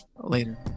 Later